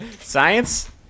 science